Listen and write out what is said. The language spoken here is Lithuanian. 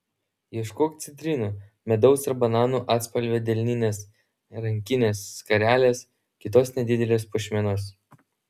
ieškok citrinų medaus ar bananų atspalvio delninės rankinės skarelės kitos nedidelės puošmenos